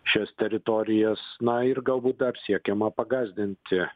šias teritorijas na ir galbūt dar siekiama pagąsdinti